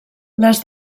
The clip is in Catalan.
les